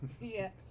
Yes